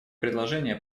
предложение